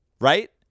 right